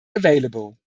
available